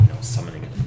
summoning